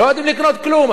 לא יודעים לקנות כלום.